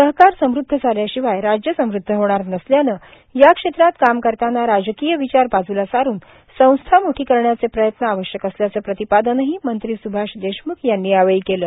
सहकार समद्ध झाल्याशिवाय राज्य सम़द्ध होणार नसल्यानं या क्षेत्रात काम करताना राजकीय विचार बाज्ला सारून संस्था मोठी करण्याचे प्रयत्न आवश्यक असल्याचं प्रतिपादनही मंत्री स्भाष देशम्ख यांनी यावेळी केलं